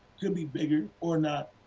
could be bigger, or not,